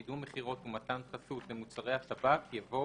קידום מכירות ומתן חסות, למוצרי הטבק" יבוא